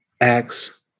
acts